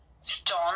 stone